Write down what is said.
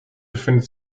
befindet